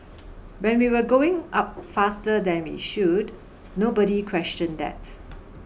when we were going up faster than we should nobody question that